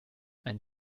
einen